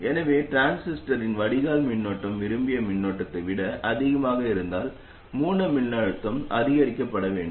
எனவே டிரான்சிஸ்டரின் வடிகால் மின்னோட்டம் விரும்பிய மின்னோட்டத்தை விட அதிகமாக இருந்தால் மூல மின்னழுத்தம் அதிகரிக்கப்பட வேண்டும்